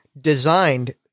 designed